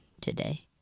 today